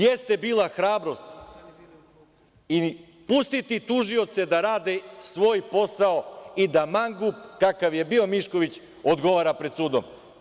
Jeste bila hrabrost i pustiti tužioce da rade svoj posao i da mangup kakav je bio Mišković odgovara pred sudom.